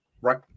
right